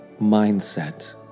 mindset